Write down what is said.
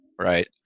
right